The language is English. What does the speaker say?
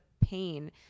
pain